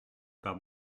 par